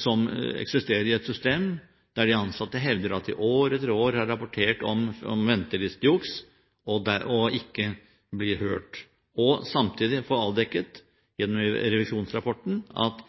som eksisterer i et system der de ansatte hevder at de år etter år har rapportert om ventelistejuks, men ikke blitt hørt, og samtidig få avdekket gjennom revisjonsrapporten at